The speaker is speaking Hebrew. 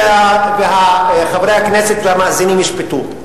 וחברי הכנסת והמאזינים ישפטו.